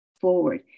forward